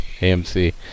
AMC